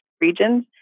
regions